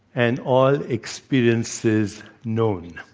and all experiences known.